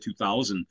2000